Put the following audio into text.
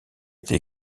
été